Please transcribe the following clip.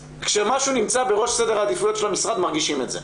כשמשהו נמצא בראש סדר העדיפויות של המשרד מרגישים את זה.